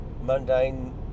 mundane